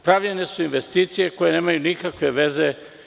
Pravljene su investicije koje nemaju nikakve veze.